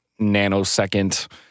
nanosecond